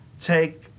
take